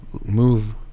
move